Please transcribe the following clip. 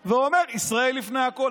ואומר: ישראל לפני הכול.